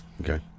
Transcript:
Okay